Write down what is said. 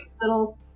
little